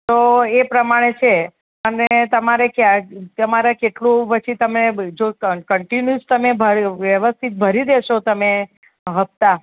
તો એ પ્રમાણે છે અને તમારે ક્યા તમારે કેટલું પછી તમે જો કન્ટીન્યુસ તમે ભર વ્યવસ્થિત ભરી દેશો તમે હપ્તા